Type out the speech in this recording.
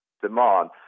demand